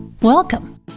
Welcome